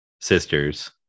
sisters